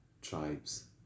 tribes